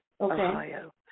Ohio